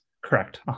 Correct